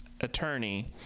attorney